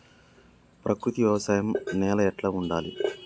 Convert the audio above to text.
ప్రకృతి వ్యవసాయం నేల ఎట్లా ఉండాలి?